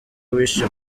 wishe